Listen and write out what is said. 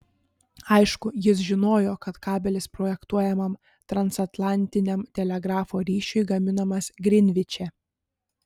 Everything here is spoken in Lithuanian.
aišku jis žinojo kad kabelis projektuojamam transatlantiniam telegrafo ryšiui gaminamas grinviče